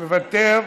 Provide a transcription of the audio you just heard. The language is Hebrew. מוותר,